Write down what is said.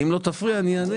אם לא תפריע, אני אענה.